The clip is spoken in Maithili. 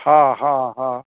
हँ हँ हँ